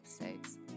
episodes